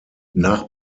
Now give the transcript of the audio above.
nach